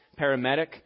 paramedic